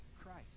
Christ